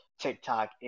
TikTok